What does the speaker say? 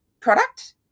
product